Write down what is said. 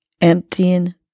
emptying